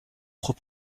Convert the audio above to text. trop